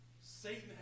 Satan